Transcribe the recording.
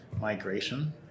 migration